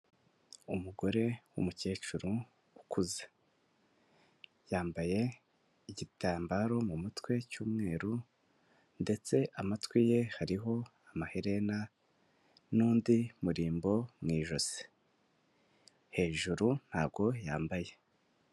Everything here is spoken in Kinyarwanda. Umugore w'umukecuru ukuze yambaye igitambaro mu mutwe cy'umweru ndetse amatwi ye hariho amaherena n'undi muririmbo mu ijosi hejuru ntabwo yambaye.